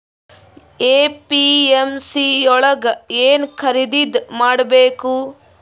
APMC ಯೊಳಗ ಏನ್ ಖರೀದಿದ ಮಾಡ್ಬೇಕು?